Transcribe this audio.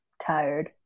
tired